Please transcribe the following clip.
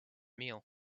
meal